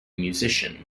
musician